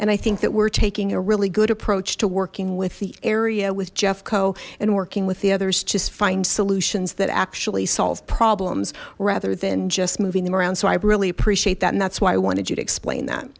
and i think that we're taking a really good approach to working with the area with jeffco and working with the others just find solutions that actually solve problems rather than just moving them around so i really appreciate that and that's why i wanted you to explain that